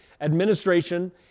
administration